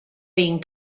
being